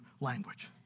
language